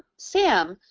sam,